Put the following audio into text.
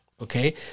okay